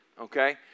okay